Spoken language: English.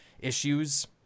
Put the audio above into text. issues